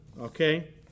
okay